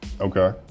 Okay